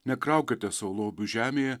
nekraukite sau lobių žemėje